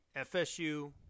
FSU